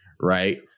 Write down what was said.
right